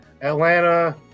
Atlanta